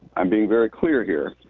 i'm being very clear here,